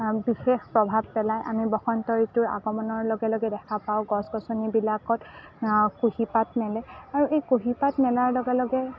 বিশেষ প্ৰভাৱ পেলায় আমি বসন্ত ঋতুৰ আগমনৰ লগে লগে দেখা পাওঁ গছ গছনিবিলাকত কুঁহিপাত মেলে আৰু এই কুঁহিপাত মেলাৰ লগে লগে